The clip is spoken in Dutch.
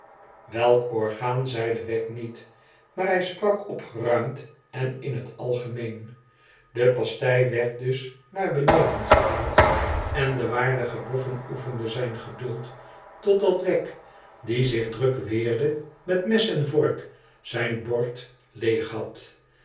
welk orgaan zeide wegg niet maar hij sprak opgeruimd en in het algemeen de pastei werd dus naar beneden gehaald en de waardige boffin oefende zijn geduld totdat wegg die zich druk weerde met mes en vork zijn bord leeg had